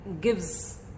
gives